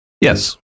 Yes